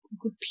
good